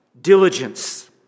diligence